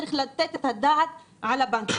צריך לתת את הדעת על כך.